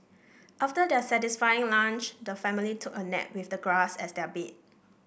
after their satisfying lunch the family took a nap with the grass as their bed